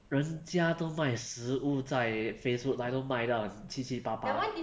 人家都卖食物在 facebook 他都卖到七七八八